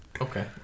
okay